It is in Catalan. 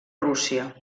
rússia